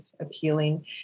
appealing